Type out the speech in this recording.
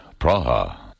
Praha